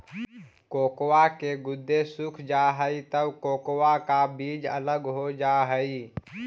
cocoa के गुदे सूख जा हई तब कोकोआ का बीज अलग हो जा हई